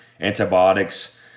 antibiotics